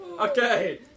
Okay